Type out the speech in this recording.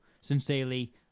Sincerely